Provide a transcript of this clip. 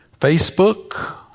Facebook